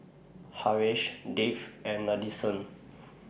Haresh Dev and Nadesan